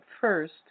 first